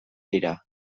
dira